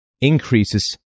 increases